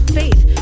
faith